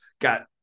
got